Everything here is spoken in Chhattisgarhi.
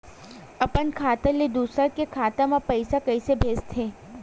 अपन खाता ले दुसर के खाता मा पईसा कइसे भेजथे?